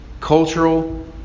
cultural